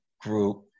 Group